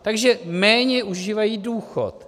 Takže méně užívají důchod.